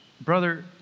brother